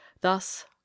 thus